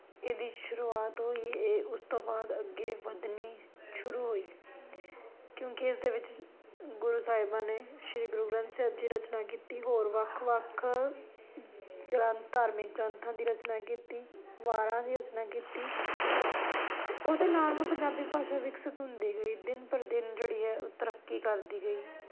ਇਹਦੀ ਸ਼ੁਰੁਆਤ ਹੋਈ ਇਹ ਉਸ ਤੋਂ ਬਾਅਦ ਅੱਗੇ ਵਧਣੀ ਸ਼ੁਰੂ ਹੋਈ ਕਿਉਂਕਿ ਇਸ ਦੇ ਵਿੱਚ ਗੁਰੂ ਸਾਹਿਬਾਨਾਂ ਨੇ ਸ਼੍ਰੀ ਗੁਰੂ ਗ੍ਰੰਥ ਸਾਹਿਬ ਜੀ ਰਚਨਾ ਕੀਤੀ ਹੋਰ ਵੱਖ ਵੱਖ ਗ੍ਰੰਥ ਧਾਰਮਿਕ ਗ੍ਰੰਥਾਂ ਦੀ ਰਚਨਾ ਕੀਤੀ ਵਾਰਾਂ ਦੀ ਰਚਨਾ ਕੀਤੀ ਅਤੇ ਉਹਦੇ ਨਾਲ ਨਾਲ ਪੰਜਾਬੀ ਭਾਸ਼ਾ ਵਿਕਸਿਤ ਹੁੰਦੀ ਗਈ ਦਿਨ ਪਰ ਦਿਨ ਜਿਹੜੀ ਹੈ ਉਹ ਤਰੱਕੀ ਕਰਦੀ ਗਈ